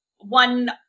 one